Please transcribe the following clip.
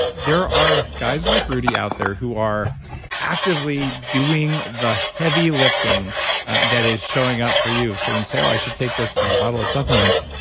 there are guys like rudy out there who are actively doing the heavy lifting that is showing up for you. so when you say oh, i should take this bottle of supplements,